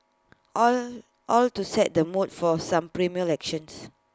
all all to set the mood for some primal actions